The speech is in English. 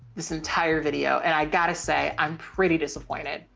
this entire video. and i got to say i'm pretty disappointed.